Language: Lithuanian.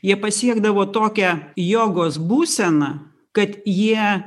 jie pasiekdavo tokią jogos būseną kad jie